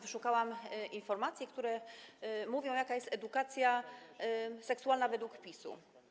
Wyszukałam informacje, które mówią, jaka jest edukacja seksualna według PiS-u.